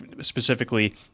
specifically